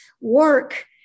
work